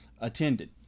attended